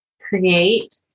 create